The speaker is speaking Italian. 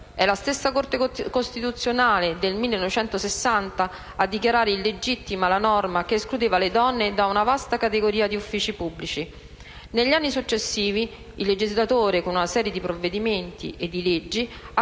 È la stessa Corte costituzionale, nel 1960, a dichiarare illegittima la norma che escludeva le donne da una vasta categoria di uffici pubblici. Negli anni successivi, il legislatore con una serie di provvedimenti e di leggi ha consentito